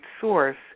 source